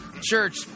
church